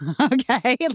Okay